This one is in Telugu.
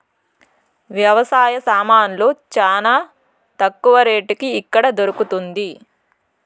వ్యవసాయ సామాన్లు చానా తక్కువ రేటుకి ఎక్కడ దొరుకుతుంది?